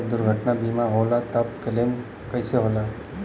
जब दुर्घटना बीमा होला त क्लेम कईसे होला?